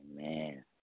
Amen